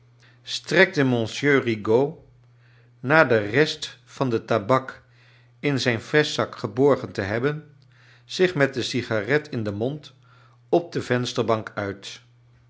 strekte monsieur rigaud na de rest van de tabak in zijn vestzak geborgen te hebben zich met de sigaret in den mond op de vensterbank uifc